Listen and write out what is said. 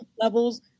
levels